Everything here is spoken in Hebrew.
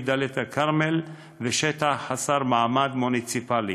דאלית-אלכרמל לשטח חסר מעמד מוניציפלי,